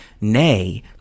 nay